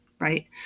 right